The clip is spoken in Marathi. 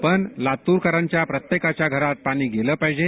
पण लातूरकरांच्या प्रत्येकाच्या घरात पाणी गेलं पाहिजे